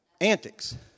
antics